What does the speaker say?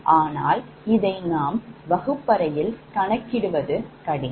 ஆனால் இதை நாம் வகுப்பறையில் கணக்கிடுவது கடினம்